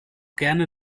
gerne